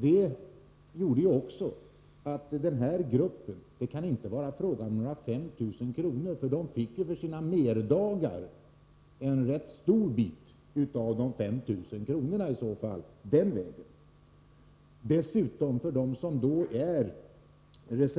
Det kan knappast vara fråga om några 5 000 kr. som den här gruppen förlorar, för de fick ju en rätt stor bit av de 5 000 kronorna för sina merdagar. De som